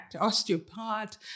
osteopath